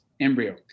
embryo